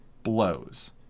Blows